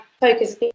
focus